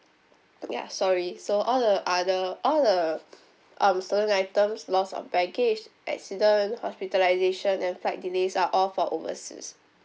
ya sorry so all the other all the um stolen items loss of baggage accident hospitalisation and flight delays are all for overseas